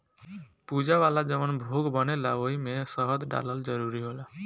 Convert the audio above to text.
पूजा वाला जवन भोग बनेला ओइमे शहद डालल जरूरी होला